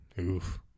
Oof